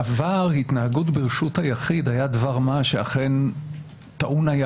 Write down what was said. בעבר התנהגות ברשות היחיד הייתה דבר מה שאכן טעון היה